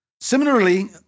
Similarly